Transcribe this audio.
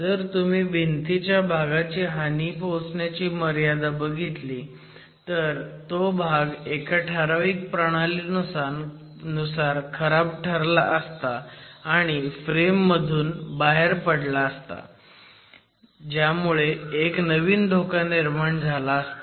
जर तुम्ही भिंतीच्या भागाची हानी पोहोचण्याची मर्यादा बघितली तर तो भाग एका ठराविक प्रणालीनुसार खराब ठरला असता आणि फ्रेम मधून बाहेर पडला असता ज्यामुळे एक नवीन धोका निर्माण झाला असता